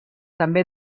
també